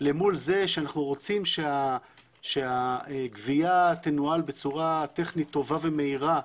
מול זה שאנחנו רוצים שהגבייה תנוהל בצורה טכנית טובה ומהירה,